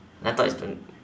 laptop is twen~